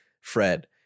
Fred